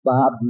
Bob